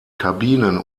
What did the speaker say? kabinen